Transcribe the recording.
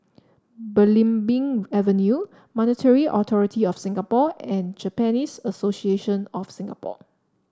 Belimbing Avenue Monetary Authority Of Singapore and Japanese Association of Singapore